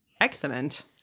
excellent